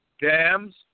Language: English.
dams